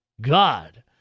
God